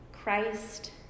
Christ